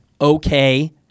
okay